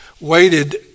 waited